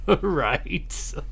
Right